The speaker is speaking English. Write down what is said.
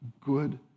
good